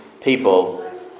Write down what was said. people